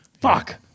Fuck